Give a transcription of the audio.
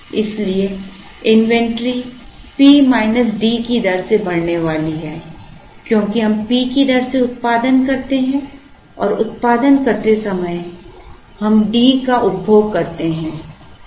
इसलिए inventory P minus D की दर से बढ़ने वाली है क्योंकि हम P की दर से उत्पादन करते हैं और उत्पादन करते समय हम D का उपभोग करते हैं